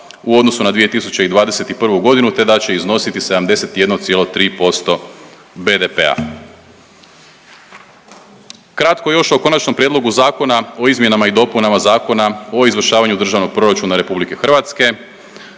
u odnosu na 2021.g. te da će iznositi 70,1% BDP-a. Kratko još o Konačnom prijedlogu Zakona o izmjenama i dopunama Zakona o izvršavanju Državnog proračuna RH, dakle